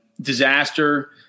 disaster